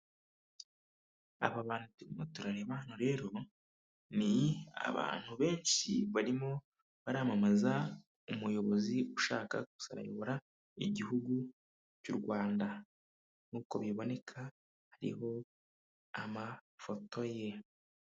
Aba bantu turimo turareba hano rero, ni abantu benshi barimo baramamaza umuyobozi ushaka kuzayobora igihugu cy'u Rwanda. Nk'uko biboneka hariho amafoto ye.